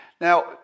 Now